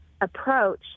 approach